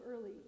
early